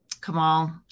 Kamal